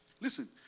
Listen